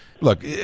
look